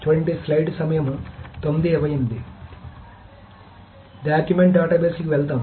కాబట్టి డాక్యుమెంట్ డేటాబేస్లకు వెళ్దాం